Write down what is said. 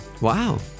Wow